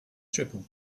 triple